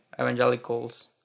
evangelicals